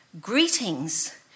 Greetings